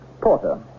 Porter